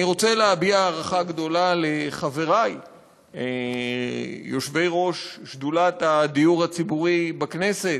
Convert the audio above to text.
אני רוצה להביע הערכה גדולה לחברי יושבי-ראש שדולת הדיור הציבורי בכנסת,